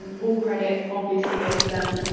um all credit obviously goes to them,